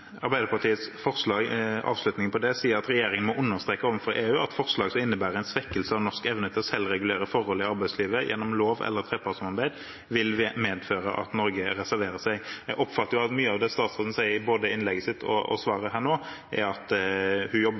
Arbeiderpartiets forslag, siste del av det, heter det at regjeringen «må understreke overfor EU at forslag som innebærer en svekkelse av norsk evne til selv å regulere forhold i arbeidslivet gjennom lov eller trepartssamarbeid, vil medføre at Norge reserverer seg». Jeg oppfatter at mye av det statsråden sier både i innlegget sitt og i svaret her nå, er at hun jobber